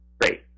Great